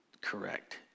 correct